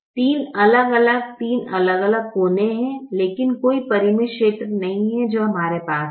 3 अलग अलग 3 अलग अलग कोने हैं लेकिन कोई परिमित क्षेत्र नहीं है जो हमारे पास है